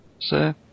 sir